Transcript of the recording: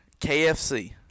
KFC